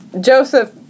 Joseph